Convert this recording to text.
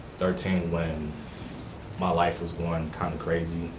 thirteen when my life was going kind of crazy.